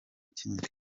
kindi